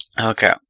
Okay